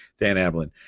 danablin